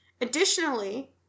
Additionally